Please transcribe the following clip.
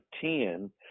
ten